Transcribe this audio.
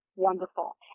wonderful